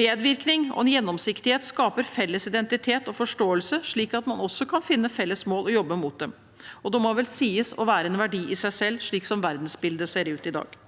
Medvirkning og gjennomsiktighet skaper felles identitet og forståelse, slik at man også kan finne felles mål og jobbe mot dem, og det må vel sies å være en verdi i seg selv, slik som verdensbildet ser ut i dag.